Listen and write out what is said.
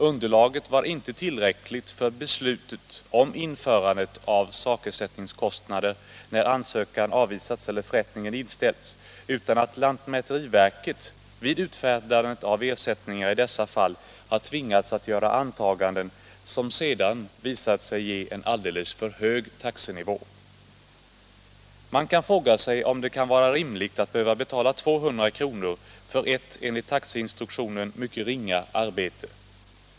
Underlaget var inte tillräckligt för beslutet om införande av sakersättningskostnader, när ansökan avvisats eller förrättningen inställts, utan lantmäteriverket har vid utfärdandet av ersättningar i dessa fall tvingats att göra antaganden som sedan visat sig medföra en alldeles för hög taxenivå. Man kan fråga sig om det kan vara rimligt att behöva betala 200 kr. för ett enligt taxeinstruktionen mycket ringa arbete.